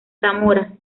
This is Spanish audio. zamora